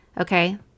Okay